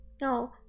No